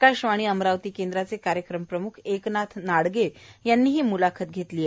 आकाशवाणीच्या अमरावती केंद्राचे कार्यक्रमप्रमुख एकनाथ नाडगे यांनी ही म्लाखत घेतली आहे